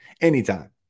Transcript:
anytime